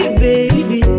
baby